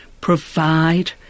provide